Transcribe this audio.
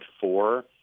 four